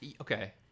Okay